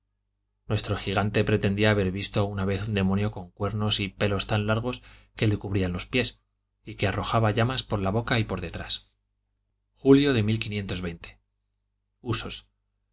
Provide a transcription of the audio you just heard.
nuestro gigante pretendía haber visto una vez un demonio con cuernos y pelos tan largos que le cubrían los pies y que arrojaba llamas por la boca y por detrás julio de usos